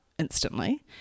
instantly